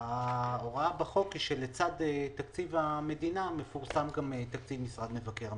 ההוראה בחוק היא שלצד תקציב המדינה מפורסם גם תקציב מבקר המדינה.